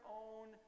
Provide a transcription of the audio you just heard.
own